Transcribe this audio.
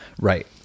Right